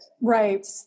right